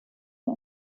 der